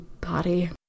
body